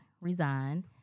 resign